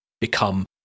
become